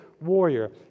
warrior